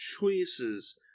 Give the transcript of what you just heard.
choices